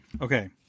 Okay